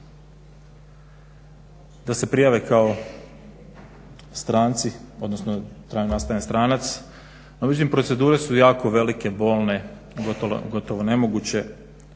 da se prijave kao stranci, odnosno trajno nastanjen stranac. No međutim, procedure su jako velike, bolne, gotovo nemoguće